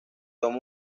toma